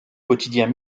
quotidien